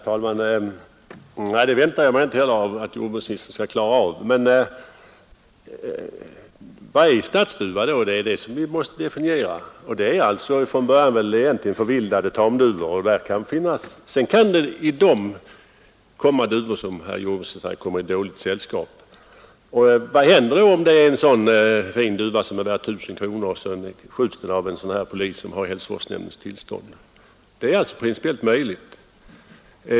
Herr talman! Jag väntar mig inte heller att jordbruksministern skall kunna klara det. Men då måste vi i stället definiera vad stadsduvor är för något. Det måste väl vara sådana duvor som från början var tamduvor och som sedan har blivit förvildade. Det kan väl ibland inträffa att en brevduva eller rasduva kommer i dåligt sällskap, och vad händer då om en sådan duva värd 1 000 kronor blir skjuten av en sådan här duvjägare, som har hälsovårdsnämndens tillstånd att jaga — en sak som ju är principiellt möjlig?